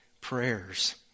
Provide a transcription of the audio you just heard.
prayers